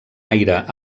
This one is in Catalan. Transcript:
aire